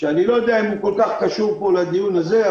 שאני לא יודע אם הוא כל כך קשור פה לדיון הזה,